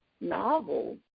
novel